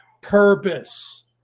purpose